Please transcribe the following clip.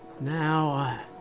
Now